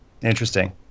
interesting